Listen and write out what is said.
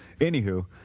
Anywho